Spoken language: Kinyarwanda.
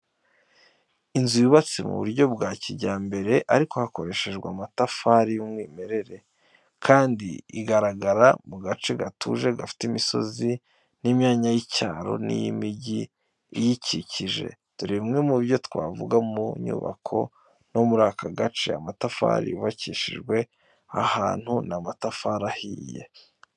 Inzu yubatse mu buryo bwa kijyambere ariko hakoreshejwe amatafari y’umwimerere, kandi igaragara mu gace gatuje gafite imisozi n’imyanya y’icyaro n’iy’imijyi iyikikije. Dore bimwe mu byo twavuga ku nyubako no muri akagace, amatafari yubakishijwe aha hantu ni amatafari ahiye.